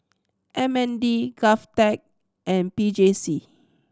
M N D GovTech and P J C